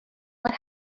what